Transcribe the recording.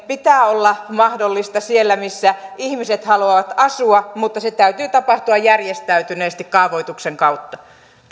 pitää olla mahdollista siellä missä ihmiset haluavat asua mutta sen täytyy tapahtua järjestäytyneesti kaavoituksen kautta